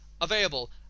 available